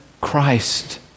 Christ